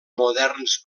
moderns